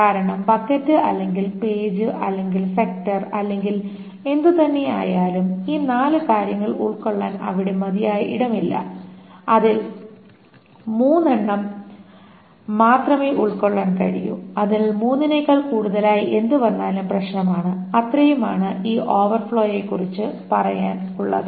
കാരണം ബക്കറ്റ് അല്ലെങ്കിൽ പേജ് അല്ലെങ്കിൽ സെക്ടർ അല്ലെങ്കിൽ എന്തുതന്നെയായാലും ഈ നാല് കാര്യങ്ങൾ ഉൾക്കൊള്ളാൻ അവിടെ മതിയായ ഇടമില്ല അതിൽ മൂന്നെണ്ണം മാത്രമേ ഉൾക്കൊള്ളാൻ കഴിയൂ അതിനാൽ മൂന്നിനേക്കാൾ കൂടുതലായി എന്ത് വന്നാലും പ്രശ്നമാണ് അത്രയുമാണ് ഈ ഓവർഫ്ലോയെക്കുറിച്ച് പറയാൻ ഉള്ളത്